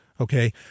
Okay